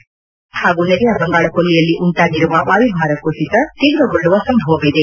ಹಿಂದೂ ಮಹಾಸಾಗರ ಹಾಗೂ ನೆರೆಯ ಬಂಗಾಳಕೊಲ್ಲಿಯಲ್ಲಿ ಉಂಟಾಗಿರುವ ವಾಯುಭಾರ ಕುಸಿತ ತೀವ್ರಗೊಳ್ಳುವ ಸಂಭವವಿದೆ